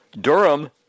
Durham